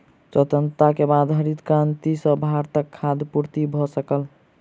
स्वतंत्रता के बाद हरित क्रांति सॅ भारतक खाद्य पूर्ति भ सकल